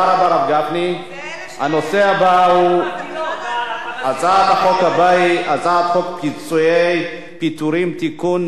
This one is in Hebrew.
הנושא הבא הוא הצעת חוק פיצויי פיטורים (תיקון,